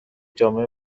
جامع